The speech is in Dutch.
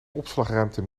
opslagruimte